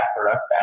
product